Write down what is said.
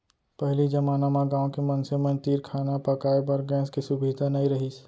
पहिली जमाना म गॉँव के मनसे मन तीर खाना पकाए बर गैस के सुभीता नइ रहिस